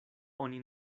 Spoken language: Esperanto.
oni